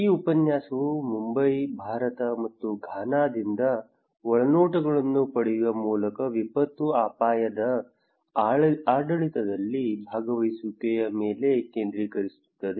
ಈ ಉಪನ್ಯಾಸವು ಮುಂಬೈ ಭಾರತ ಮತ್ತು ಘಾನಾದಿಂದ ಒಳನೋಟಗಳನ್ನು ಪಡೆಯುವ ಮೂಲಕ ವಿಪತ್ತು ಅಪಾಯದ ಆಡಳಿತದಲ್ಲಿ ಭಾಗವಹಿಸುವಿಕೆಯ ಮೇಲೆ ಕೇಂದ್ರೀಕರಿಸುತ್ತದೆ